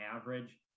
average